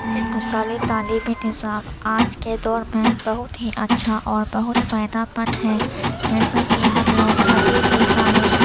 ہندوستانی تعلیمی نظام آج کے دور میں بہت ہی اچھا اور بہت فائدہ مند ہے جیسا کہ ہم لوگ ابھی بھی تعلیم